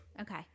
Okay